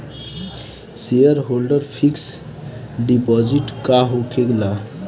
Shareholder fix deposit का होखे ला?